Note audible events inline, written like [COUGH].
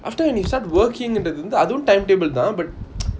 after when you start working றது வந்து அதுவும்:rathu vanthu athuvum timetable தான்:thaan but [NOISE]